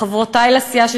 לחברותי לסיעה,